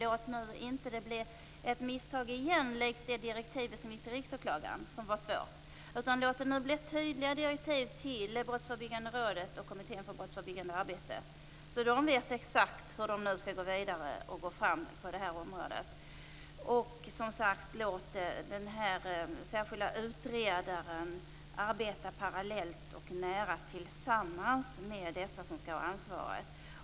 Låt det nu inte bli ett misstag igen, likt det direktiv som gick till Riksåklagaren och som var svårt. Låt det nu bli tydliga direktiv till Brottsförebyggande rådet och Kommittén för brottsförebyggande arbete så att de vet exakt hur de nu skall gå vidare och komma fram på detta område. Låt den särskilda utredaren arbeta parallellt och nära tillsammans med dem som skall ha ansvaret.